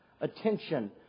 attention